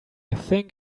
think